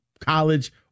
college